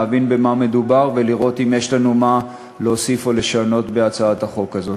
להבין במה מדובר ולראות אם יש לנו מה להוסיף או לשנות בהצעת החוק הזו.